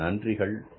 நன்றிகள் பல